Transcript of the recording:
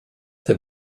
der